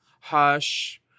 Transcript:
Hush